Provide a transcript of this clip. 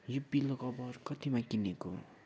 यो pillow cover कतिमा किनेको